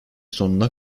sonuna